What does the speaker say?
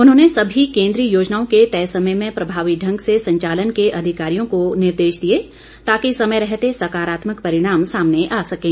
उन्होंने सभी केंद्रीय योजनाओं के तय समय में प्रभावी ढंग से संचालन के अधिकारियों को निर्देश दिए ताकि समय रहते साकारात्मक परिणाम सामने आ सकें